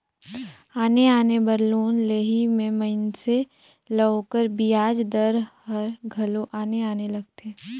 आने आने बर लोन लेहई में मइनसे ल ओकर बियाज दर हर घलो आने आने लगथे